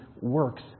works